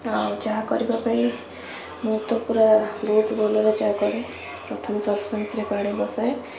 ଆଉ ଚା କରିବା ପାଇଁ ମୁଁ ତ ପୁରା ବହୁତ ଭଲରେ ଚା କରେ ପ୍ରଥମେ ଶସପେନ୍ସରେ ପାଣି ବସାଏ